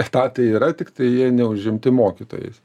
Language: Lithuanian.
etatai yra tiktai jie neužimti mokytojais